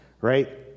right